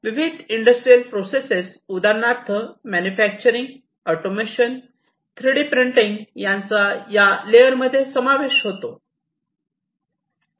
विविध industrial process उदाहरणार्थ manufacturing automation 3D printing यांचा या लेअर मध्ये हे समावेश होतो